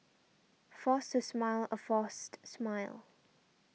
force to smile a forced smile